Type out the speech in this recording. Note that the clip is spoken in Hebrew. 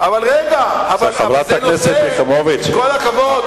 אבל רגע, עם כל הכבוד,